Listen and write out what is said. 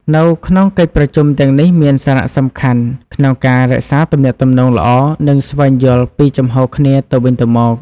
នៅក្នុងកិច្ចប្រជុំទាំងនេះមានសារៈសំខាន់ក្នុងការរក្សាទំនាក់ទំនងល្អ និងស្វែងយល់ពីជំហរគ្នាទៅវិញទៅមក។